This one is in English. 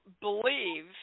believe